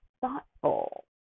thoughtful